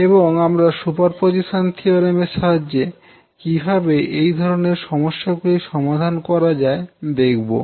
এবং আমরা superposition theorem এর সাহায্যে কিভাবে এই ধরণের সমস্যাগুলি সমাধান করা যায় দেখবো